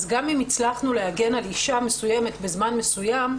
אז גם אם הצלחנו להגן על אישה מסוימת בזמן מסוים,